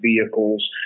vehicles